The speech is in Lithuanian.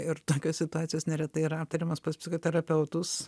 ir tokios situacijos neretai yra aptariamas pas psichoterapeutus